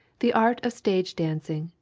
the art of stage dancing,